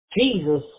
Jesus